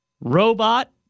Robot